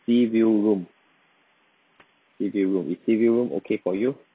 sea view room sea view room is sea view room okay for you